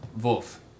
Wolf